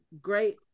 great